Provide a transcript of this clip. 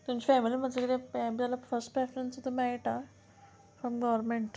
तुमची फॅमिली मातसो कितें हें बी जाल्यार फर्स्ट प्रेफरन्स सुद्दां मेळटा फ्रॉम गोवोरमेंट